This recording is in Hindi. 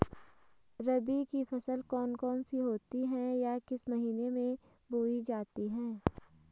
रबी की फसल कौन कौन सी होती हैं या किस महीने में बोई जाती हैं?